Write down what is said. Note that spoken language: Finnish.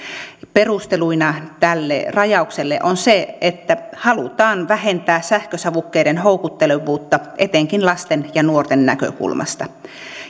perusteluna tälle rajaukselle on se että halutaan vähentää sähkösavukkeiden houkuttelevuutta etenkin lasten ja nuorten näkökulmasta